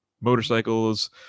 motorcycles